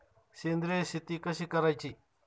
सेंद्रिय शेती कशी करायची?